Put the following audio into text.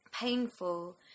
painful